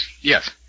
Yes